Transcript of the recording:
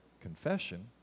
confession